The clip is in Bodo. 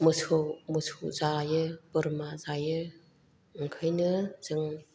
मोसौ मोसौ जायो बोरमा जायो ओंखायनो जों